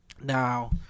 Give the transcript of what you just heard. Now